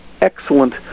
excellent